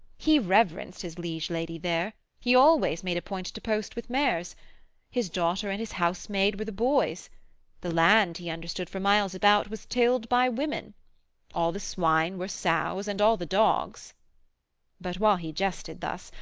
he reverenced his liege-lady there he always made a point to post with mares his daughter and his housemaid were the boys the land, he understood, for miles about was tilled by women all the swine were sows, and all the dogs' but while he jested thus,